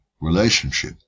relationship